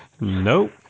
nope